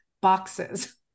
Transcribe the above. boxes